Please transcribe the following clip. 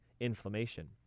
inflammation